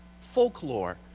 folklore